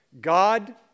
God